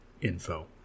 info